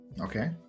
Okay